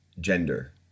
gender